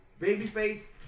babyface